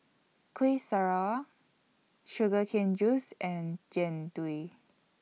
Kuih Syara Sugar Cane Juice and Jian Dui